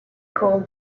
call